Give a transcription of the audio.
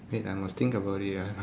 wait I must think about it ah